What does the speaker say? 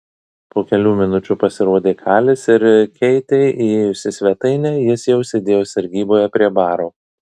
po kelių minučių pasirodė kalis ir keitei įėjus į svetainę jis jau sėdėjo sargyboje prie baro